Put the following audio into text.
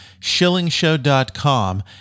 shillingshow.com